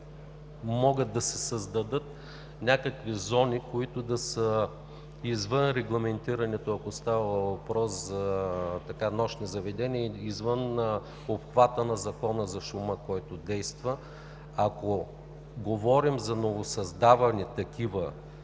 могат да се създадат някакви зони, които да са извън регламентирането, ако става въпрос за нощни заведения, извън обхвата на Закона за шума, който действа. Ако говорим за новосъздавани такива